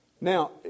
Now